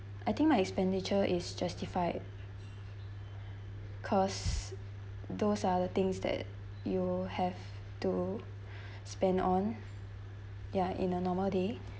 I think my expenditure is justified cos those are the things that you have to spend on ya in a normal day